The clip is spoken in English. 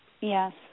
Yes